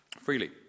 Freely